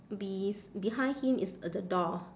bes~ behind him is a the door